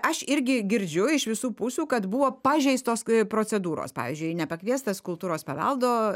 aš irgi girdžiu iš visų pusių kad buvo pažeistos procedūros pavyzdžiui nepakviestas kultūros paveldo